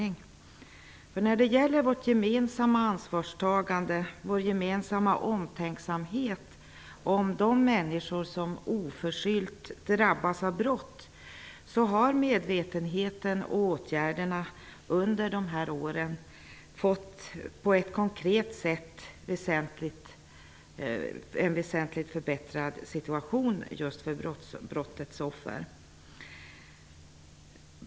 När det gäller vårt gemensamma ansvarstagande, vår gemensamma omtänksamhet om de människor som oförskyllt drabbas av brott har medvetenheten och åtgärderna under dessa år på ett konkret sätt väsentligt förbättrat situationen just för brottens offer.